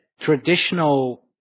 traditional